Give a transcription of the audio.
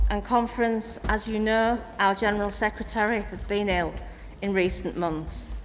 and conference, as you know, our general secretary has been ill in recent months.